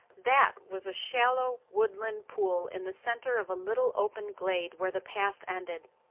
that was a shallow woodland pool in the center of a little open glade where the path ended.